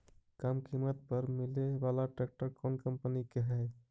कम किमत पर मिले बाला ट्रैक्टर कौन कंपनी के है?